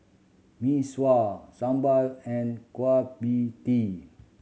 Mee Sua sambal and Kueh Pie Tee